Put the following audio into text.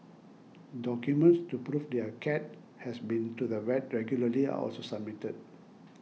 documents to prove their cat has been to the vet regularly are also submitted